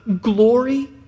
glory